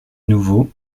nouveau